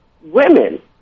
women